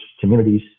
communities